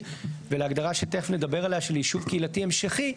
ולהגדרה שתכף נדבר עליה של יישוב קהילתי המשכי,